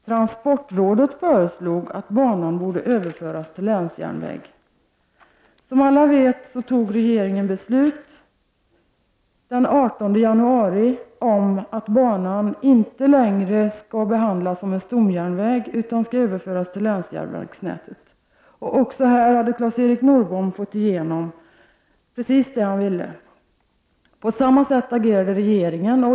Transportrådet föreslog att banan borde överföras till länsjärnväg.” Som alla vet fattade regeringen den 18 januari beslut om att banan inte längre skall behandlas som en stomjärnväg utan skall överföras till länsjärnvägsnätet. Också här hade Claes-Eric Norrbom fått igenom precis det han ville. På samma sätt agerade regeringen.